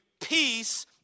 peace